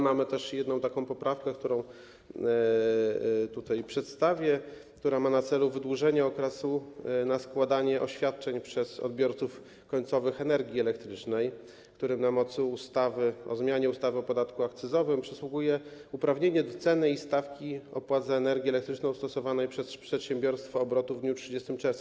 Mamy też jedną poprawkę, którą tutaj przedstawię, która ma na celu wydłużenie okresu składania oświadczeń przez odbiorców końcowych energii elektrycznej, którym na mocy ustawy o zmianie ustawy o podatku akcyzowym przysługuje uprawnienie do ceny i stawki opłat za energię elektryczną stosowanych przez przedsiębiorstwo obrotu w dniu 30 czerwca.